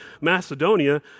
Macedonia